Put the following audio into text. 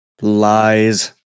lies